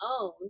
own